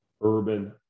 urban